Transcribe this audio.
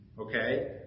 Okay